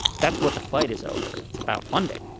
that's what the fight is over. it's about funding.